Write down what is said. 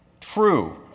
true